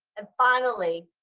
and finally,